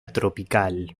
tropical